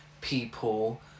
people